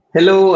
Hello